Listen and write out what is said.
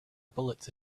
bullets